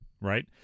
right